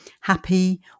happy